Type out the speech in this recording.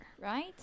right